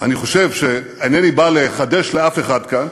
אני חושב שאינני בא, לחדש לאף אחד כאן